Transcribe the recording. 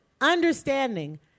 understanding